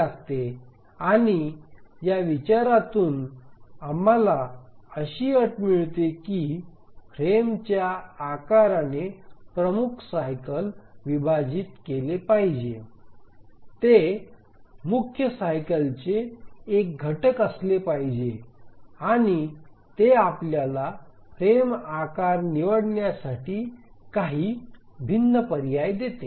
आणि या विचारातून आम्हाला अशी अट मिळते की फ्रेमच्या आकाराने प्रमुख सायकल विभाजित केले पाहिजे ते मुख्य सायकल एक घटक असले पाहिजे आणि ते आपल्याला फ्रेम आकार निवडण्यासाठी काही भिन्न पर्याय देते